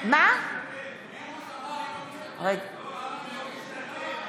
פינדרוס אמר שאינו משתתף.